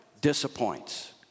disappoints